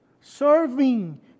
Serving